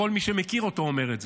כל מי שמכיר אותו אומר את זה,